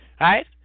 right